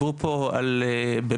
במקרה דיברתם עכשיו על סמים,